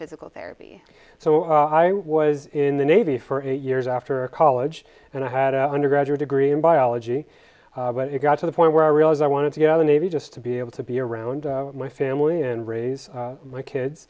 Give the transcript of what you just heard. physical therapy so i was in the navy for eight years after college and i had a undergraduate degree in biology but it got to the point where i realized i wanted to have a navy just to be able to be around my family and raise my kids